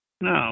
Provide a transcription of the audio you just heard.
No